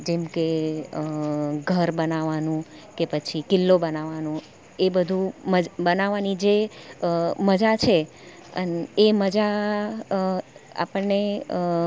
જેમકે ઘર બનાવાનું કે પછી કિલ્લો બનાવાનો એ બધું જ બનાવવાની જે જે મજા છે એ મજા આપણને